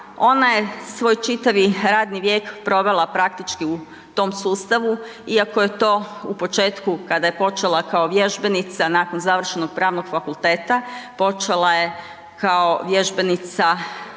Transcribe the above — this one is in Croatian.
ona je svoj čitavi radni vijek provela praktički u tom sustavu, iako je to u početku kada je počela kao vježbenica nakon završenog Pravnog fakulteta počela je kao vježbenica